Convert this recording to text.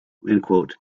was